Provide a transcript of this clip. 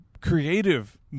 creative